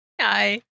Hi